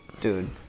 Dude